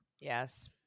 Yes